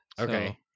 Okay